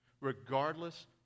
regardless